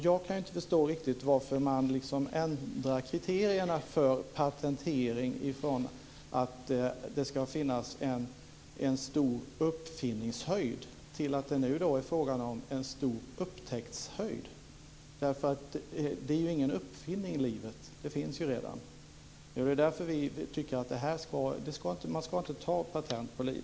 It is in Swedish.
Jag kan inte riktigt förstå varför man ändrar kriterierna för patentering från att det ska finnas en stor uppfinningshöjd till att det, som det nu är fråga om, ska finnas en stor upptäcktshöjd. Livet är ju ingen uppfinning. Det finns ju redan. Det är därför som vi tycker att man inte ska ta patent på liv.